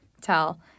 tell